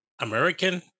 American